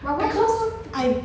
but why so I